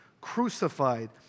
crucified